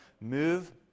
move